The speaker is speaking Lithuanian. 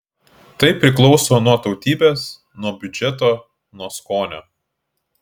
tai priklauso nuo tautybės nuo biudžeto nuo skonio